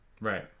Right